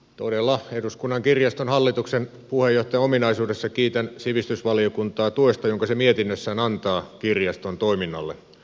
todella eduskunnan kirjaston hallituksen puheenjohtajan ominaisuudessa kiitän sivistysvaliokuntaa tuesta jonka se mietinnössään antaa kirjaston toiminnalle